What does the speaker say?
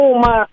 Uma